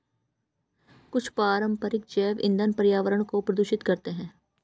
कुछ पारंपरिक जैव ईंधन पर्यावरण को प्रदूषित करते हैं